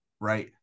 right